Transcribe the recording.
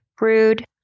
Rude